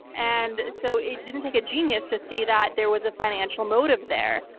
and so, it didn't take a genius to see that there was a financial motive there.